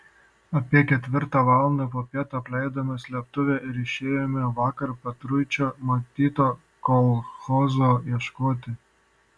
apie ketvirtą valandą popiet apleidome slėptuvę ir išėjome vakar petruičio matyto kolchozo ieškoti